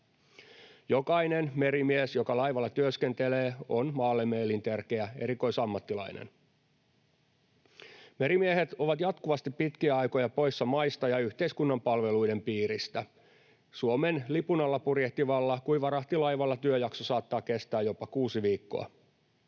Jokainen merimies, joka laivalla työskentelee, on maallemme elintärkeä erikoisammattilainen. Merimiehet ovat jatkuvasti pitkiä aikoja poissa maista ja yhteiskunnan palveluiden piiristä. Suomen lipun alla purjehtivalla kuivarahtilaivalla työjakso saattaa kestää jopa kuusi viikkoa.